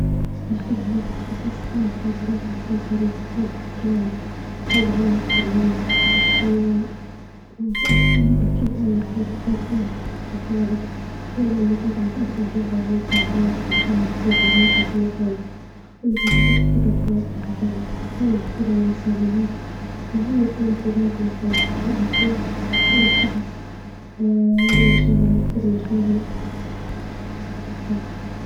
باش تعتذر لشخص أول حاجة لازم تكون صريح وصادق في كلامك خلي عيونك في عيونه و وتأك واتأكد إنك إنت حابب تعرف تعترف بغلطك جول له إنك إنت متأسف جدا عاللي صار بيناتكم وحابب ترد العلاقة زي ما كانت، وإنك متبيش تكرر الغلط مرة تانية، حاول تبرر اللي صار معاك المهم يكون الإعتذار من القلب وفي الأخير خلي الشخص بمشاعره واحترم مشاعره كويس.